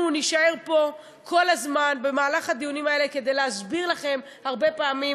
אנחנו נישאר פה כל הזמן במהלך הדיונים האלה כדי להסביר לכם הרבה פעמים,